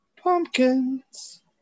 Pumpkins